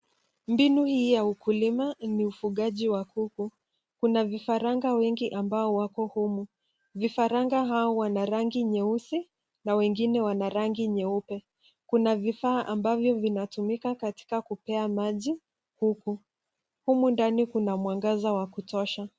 Mbini hii ya ukulima ni ufungaji wa kuku. Kuna vifaranga wengi ambao wapo humu. Vifaranga hao wana rangi nyeusi na wengine wana rangi nyeupe. Kuna vifaa ambavyo vinatumika katika kupea maji kuku. Humu ndani kuna mwangaza wa kutosha.